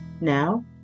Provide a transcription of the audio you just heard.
Now